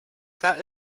that